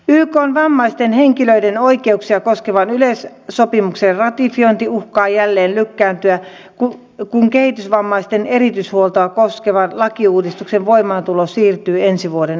ykn vammaisten henkilöiden oikeuksia koskevan yleissopimuksen ratifiointi uhkaa jälleen lykkääntyä kun kehitysvammaisten erityishuoltoa koskevan lakiuudistuksen voimaantulo siirtyy ensi vuoden alusta